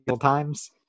times